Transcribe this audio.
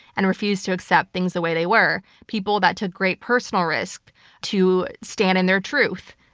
and refused to accept things the way they were. people that took great personal risk to stand in their truth.